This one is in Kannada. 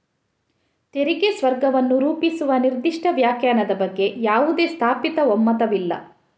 ತೆರಿಗೆ ಸ್ವರ್ಗವನ್ನು ರೂಪಿಸುವ ನಿರ್ದಿಷ್ಟ ವ್ಯಾಖ್ಯಾನದ ಬಗ್ಗೆ ಯಾವುದೇ ಸ್ಥಾಪಿತ ಒಮ್ಮತವಿಲ್ಲ